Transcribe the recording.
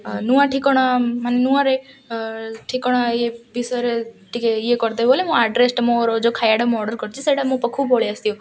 ନୂଆ ଠିକଣା ମାନେ ନୂଆରେ ଠିକଣା ଇଏ ବିଷୟରେ ଟିକେ ଇଏ କରିଦେବ ବୋଲି ମୁଁ ଆଡ଼୍ରେସ୍ଟା ମୋର ଯୋଉ ଖାଇବାଟା ମୁଁ ଅର୍ଡ଼ର୍ କରିଛି ସେଇଟା ମୋ ପାଖକୁ ପଳେଇ ଆସିଥିବ